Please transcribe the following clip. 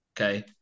Okay